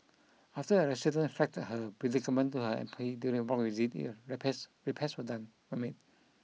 after a resident flagged her predicament to her M P during a block repairs repairs were done were made